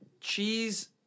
cheese